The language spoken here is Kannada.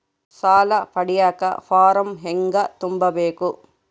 ಸಾಲ ಪಡಿಯಕ ಫಾರಂ ಹೆಂಗ ತುಂಬಬೇಕು?